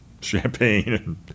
champagne